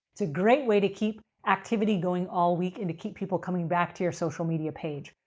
it's a great way to keep activity going all week and to keep people coming back to your social media page.